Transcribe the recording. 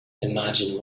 imagine